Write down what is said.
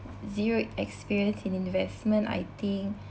zero experience in investment I think